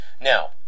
Now